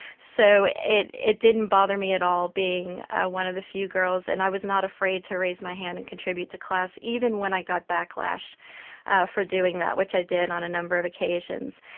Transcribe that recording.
so it it didn't bother me at all being one of the few girls, and i was not afraid to raise my hand and contribute to class, even when i got backlash for doing that, which i did on a number of occasions.